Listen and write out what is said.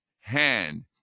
hand